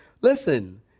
listen